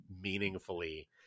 meaningfully